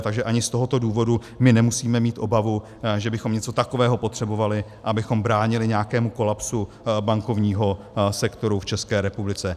Takže ani z tohoto důvodu nemusíme mít obavu, že bychom něco takového potřebovali, abychom bránili nějakému kolapsu bankovního sektoru v České republice.